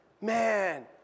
Man